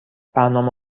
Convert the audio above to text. برنامه